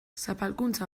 zapalkuntza